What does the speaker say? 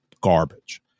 garbage